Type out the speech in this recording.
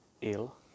ill